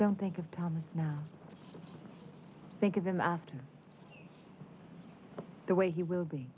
don't think of tom now think of him after the way he will be